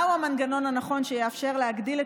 מהו המנגנון הנכון שיאפשר להגדיל את